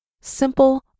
simple